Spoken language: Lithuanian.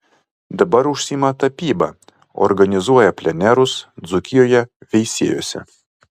dabar užsiima tapyba organizuoja plenerus dzūkijoje veisiejuose